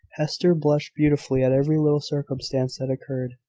hester blushed beautifully at every little circumstance that occurred,